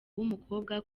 w’umukobwa